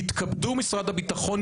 יתכבדו משרד הביטחון,